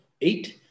eight